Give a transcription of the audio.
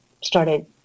started